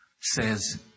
says